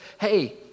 hey